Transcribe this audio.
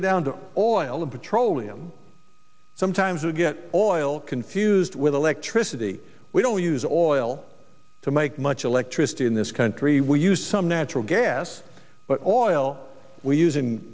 get down to boil and petroleum sometimes we get oil confused with electricity we don't use oil to make much electricity in this country we use some natural gas oil we us